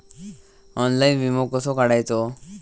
Online विमो कसो काढायचो?